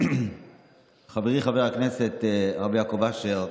חברי חבר הכנסת רבי יעקב אשר,